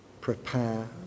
prepare